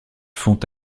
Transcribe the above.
font